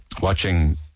watching